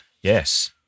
Yes